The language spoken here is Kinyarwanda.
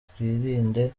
twirinde